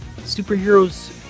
superheroes